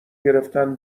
گرفتن